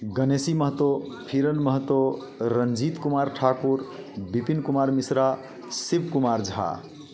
Ganeshi Mahto Kiran Mahto Ranjeet Kumar Thakur Vipin Kumar Mishra Shiv Kumar Jha